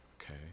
Okay